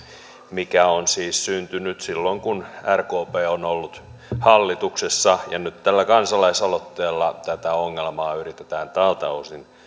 mikä on siis syntynyt silloin kun rkp on ollut hallituksessa ja nyt tällä kansalaisaloitteella tätä ongelmaa yritetään tältä osin